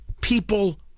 People